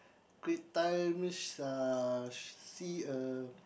great times uh see a